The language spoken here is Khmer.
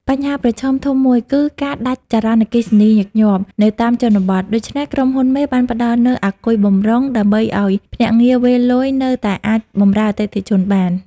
បញ្ហាប្រឈមធំមួយគឺ "ការដាច់ចរន្តអគ្គិសនីញឹកញាប់" នៅតាមជនបទ ដូច្នេះក្រុមហ៊ុនមេបានផ្ដល់នូវ "អាគុយបម្រុង" ដើម្បីឱ្យភ្នាក់ងារវេរលុយនៅតែអាចបម្រើអតិថិជនបាន។